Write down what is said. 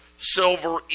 Silver